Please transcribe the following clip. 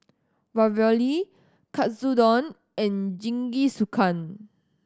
Ravioli Katsudon and Jingisukan